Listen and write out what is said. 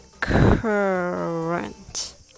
current